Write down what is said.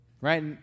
right